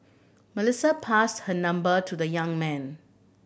Melissa passed her number to the young man